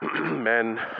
men